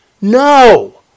No